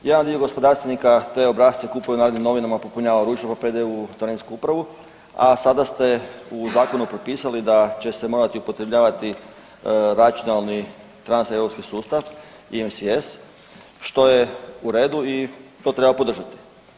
Jedan dio gospodarstvenika te obrasce kupuje u Narodnim novinama, popunjava ručno pa predaje u Carinsku upravu, a sada ste u zakonu propisali da će se morati upotrebljavati računalni transeuropski sustava EMCS, što je u redu i to treba podržati.